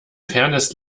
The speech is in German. fairness